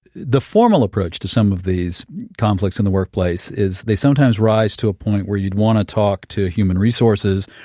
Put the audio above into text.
the formal approach to some of these conflicts in the workplace is they sometimes rise to a point where you want to talk to human resources.